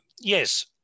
yes